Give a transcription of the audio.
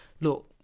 look